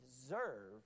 deserve